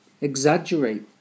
exaggerate